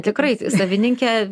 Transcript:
tikrai savininkė